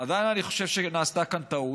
עדיין אני חושב שנעשתה כאן טעות.